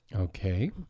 Okay